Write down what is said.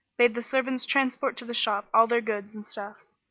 bade the servants transport to the shop all their goods and stuffs